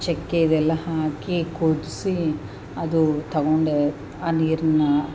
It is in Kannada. ಚಕ್ಕೆ ಇದೆಲ್ಲ ಹಾಕಿ ಕುಟ್ಟಿಸಿ ಅದು ತಗೊಂಡೆ ಆ ನೀರನ್ನ